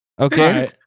Okay